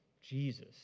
Jesus